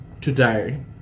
today